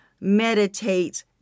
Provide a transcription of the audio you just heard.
meditates